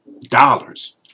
dollars